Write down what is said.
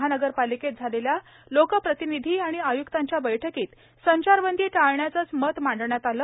महानगरपालिकेत झालेल्या लोकप्रतिनिधी आणि आय्क्तांच्या बैठकीत संचारबंदी टाळण्याचेच मत मांडण्यात आले